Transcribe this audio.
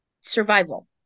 survival